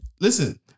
listen